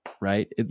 right